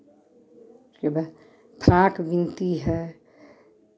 फिर वह फ्रॉक बुनती है